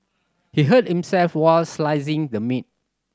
he hurt himself while slicing the meat